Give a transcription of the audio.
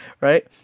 Right